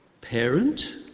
parent